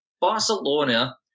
Barcelona